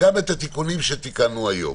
גם את התיקונים שתיקנו היום.